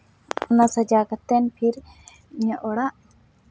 ᱚᱱᱟ ᱥᱟᱡᱟᱣ ᱠᱟᱛᱮᱱ ᱯᱷᱤᱨ ᱤᱧᱟᱹᱜ ᱚᱲᱟᱜ